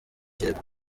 kirego